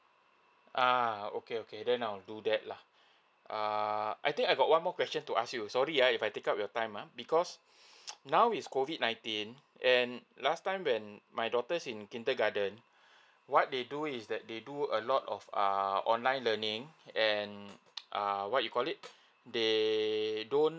uh okay okay then I'll do that lah err I think I got one more question to ask you sorry uh if I take up your time uh because now is COVID nineteen and last time when my daughter in kindergarten what they do is that they do a lot of err online learning and err what you call it they don't